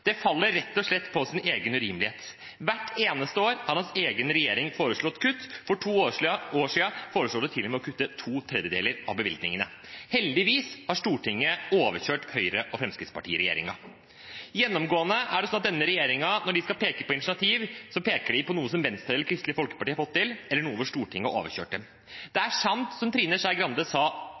Det faller rett og slett på sin egen urimelighet. Hvert eneste år har hans egen regjering foreslått kutt. For to år siden foreslo de til og med å kutte to tredjedeler av bevilgningene. Heldigvis har Stortinget overkjørt Høyre–Fremskrittsparti-regjeringen. Gjennomgående er det sånn at denne regjeringen, når de skal peke på initiativ, peker på noe som Venstre eller Kristelig Folkeparti har fått til, eller noe hvor Stortinget har overkjørt dem. Det er sant som Trine Skei Grande sa